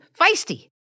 Feisty